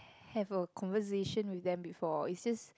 have a conversation with them before it seems